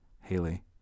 Haley